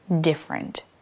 different